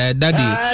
daddy